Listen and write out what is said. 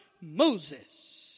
Moses